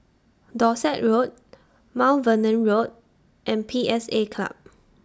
Dorset Road Mount Vernon Road and P S A Club